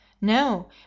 No